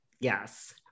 Yes